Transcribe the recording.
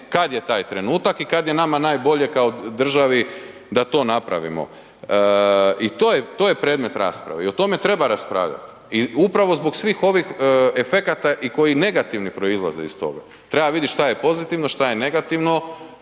kad je taj trenutak i kad je nama najbolje kao državi da to napravimo. I to je predmet rasprave i o tome treba raspravljati i upravo zbog svih ovih efekata i koji negativni proizlazi iz toga, treba vidjet šta je pozitivno, šta je negativno